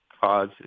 cause